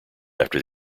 after